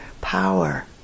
power